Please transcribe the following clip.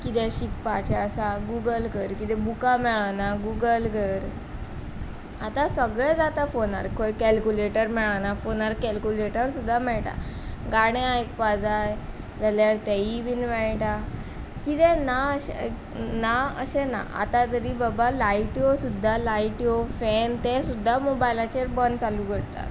कितें शिकपाचें आसा गुगल कर कितें बुकां मेळना गुगल कर आतां सगळें जाता फोनार खंय केलक्युलेटर मेळना फोनार केलक्युलेटर सुद्दा मेळटा गाणे आयकपाक जाय जाल्यार तेंयबी मेळटा किदें ना अशें ना अशें ना आतां जरी बाबा लायट्यो सुद्दा लायट्यो फेन तें सुद्दा मोबायलाचेर बंद चालू करता